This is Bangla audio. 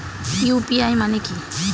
ইউ.পি.আই মানে কি?